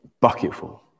bucketful